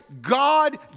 God